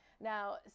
Now